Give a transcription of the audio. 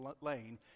Lane